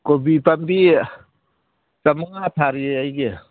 ꯀꯣꯕꯤ ꯄꯥꯝꯕꯤ ꯆꯥꯝꯃꯉꯥ ꯊꯥꯔꯤꯌꯦ ꯑꯩꯒꯤ